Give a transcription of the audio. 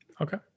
Okay